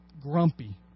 grumpy